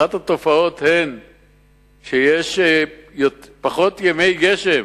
אחת התופעות היא שיש פחות ימי גשם